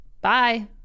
bye